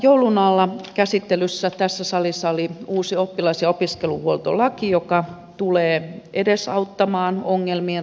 joulun alla käsittelyssä tässä salissa oli uusi oppilas ja opiskeluhuoltolaki joka tulee edesauttamaan ongelmien ratkaisua